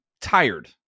tired